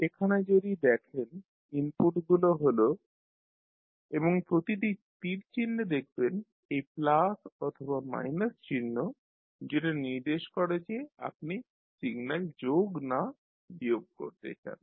এখানে যদি দেখেন ইনপুটগুলো হল এবং প্রতিটি তীর চিহ্নে দেখবেন এই প্লাস অথবা মাইনাস চিহ্ন যেটা নির্দেশ করে যে আপনি সিগন্যাল যোগ না বিয়োগ করতে চান